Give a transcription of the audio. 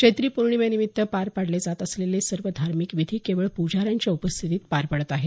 चैत्री पौर्णिमेनिमित्त पार पाडले जात असलेले सर्व धार्मिक विधी केवळ प्जाऱ्यांच्या उपस्थीतीत पार पडत आहेत